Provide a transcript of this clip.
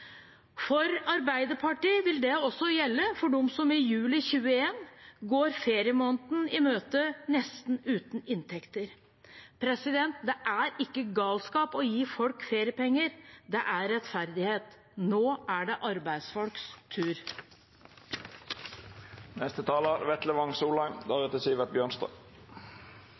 For Arbeiderpartiet vil det også gjelde for dem som i juli 2021 går feriemåneden i møte nesten uten inntekter. Det er ikke galskap å gi folk feriepenger. Det er rettferdighet. Nå er det arbeidsfolks tur.